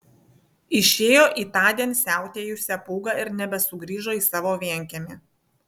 išėjo į tądien siautėjusią pūgą ir nebesugrįžo į savo vienkiemį